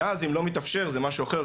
ואז אם לא מתאפשר זה משהו אחר,